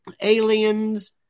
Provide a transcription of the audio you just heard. aliens